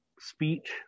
speech